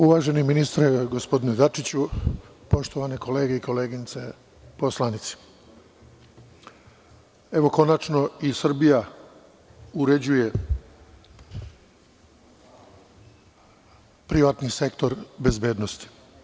Uvaženi ministre, gospodine Dačiću, poštovane kolege i koleginice poslanici, konačno i Srbija uređuje privatni sektor bezbednosti.